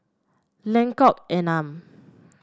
Lengkok Enam